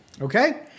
Okay